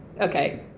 Okay